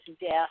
death